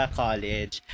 college